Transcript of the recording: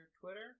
Twitter